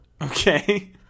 Okay